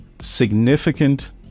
significant